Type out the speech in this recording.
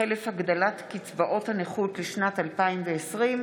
חלף הגדלת קצבאות הנכות לשנת 2020),